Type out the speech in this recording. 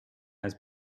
has